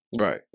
Right